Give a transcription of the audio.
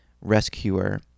rescuer